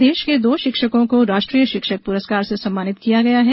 प्रदेश के दो शिक्षकों को राष्ट्रीय शिक्षक पुरस्कार से सम्मानित किया गया है